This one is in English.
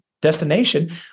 destination